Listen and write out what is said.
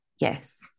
Yes